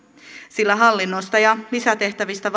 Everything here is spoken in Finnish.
sillä hallinnosta ja lisätehtävistä